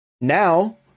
now